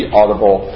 audible